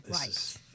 right